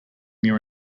near